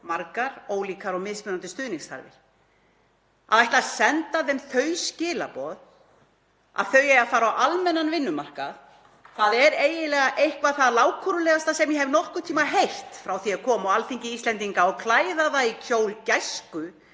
margar ólíkar og mismunandi stuðningsþarfir. Að ætla að senda þeim þau skilaboð að þau eigi að fara á almennan vinnumarkað er eiginlega eitthvað það lágkúrulegasta sem ég hef nokkurn tíma heyrt frá því að ég kom á Alþingi Íslendinga, og klæða það í kjól gæsku